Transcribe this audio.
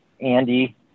andy